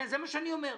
זה מה שאני אומר.